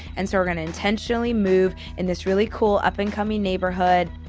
and so we're going to intentionally move in this really cool up-and-coming neighborhood